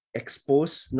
exposed